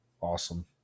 awesome